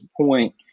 point